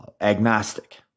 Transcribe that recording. agnostic